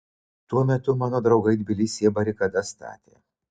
tuo metu mano draugai tbilisyje barikadas statė